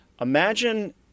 Imagine